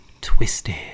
twisted